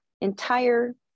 entire